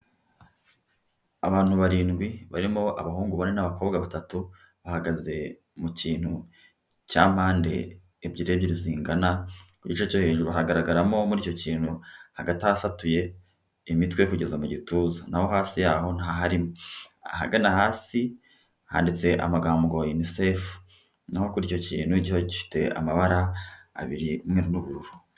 Abantu barindwi barimo abahungu bane n'abakobwa batatu bahagaze mu kintu cya mpande ebyiri ebyiri zingana, igice cyo hejuru hagaragaramo muri icyo kintu hagati ahasatuye imitwe kugeza mu gituza, naho hasi yaho ntaharimo ahagana hasi handitse amagambo no inisefu naho kuri icyo kintu kikaba gifite amabara abiri umweru n'ubururu.